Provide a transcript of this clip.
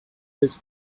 this